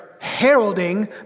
heralding